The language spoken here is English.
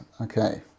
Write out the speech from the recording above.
okay